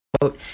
quote